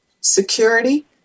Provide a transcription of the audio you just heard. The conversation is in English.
security